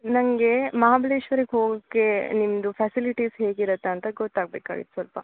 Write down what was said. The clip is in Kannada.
ನನಗೆ ಮಹಾಬಲೇಶ್ವರಕ್ಕೆ ಹೋಗೋಕೆ ನಿಮ್ಮದು ಫೆಸಿಲಿಟೀಸ್ ಹೇಗಿರುತ್ತೆ ಅಂತ ಗೊತ್ತಾಗ್ಬೇಕಾಗಿತ್ತು ಸ್ವಲ್ಪ